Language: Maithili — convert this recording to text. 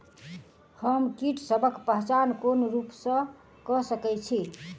हम कीटसबक पहचान कोन रूप सँ क सके छी?